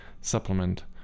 supplement